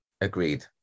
agreed